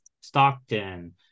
Stockton